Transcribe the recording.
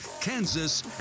Kansas